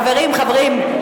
חברים, חברים.